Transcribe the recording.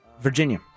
Virginia